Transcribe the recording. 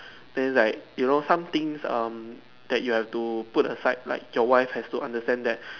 then it's like you know somethings um that you have to put aside like your wife have to understand that